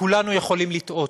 וכולנו יכולים לטעות.